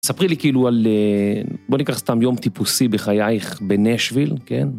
ספרי לי כאילו על, בוא ניקח סתם יום טיפוסי בחייך בנשוויל, כן?